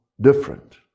different